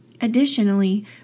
Additionally